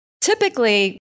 Typically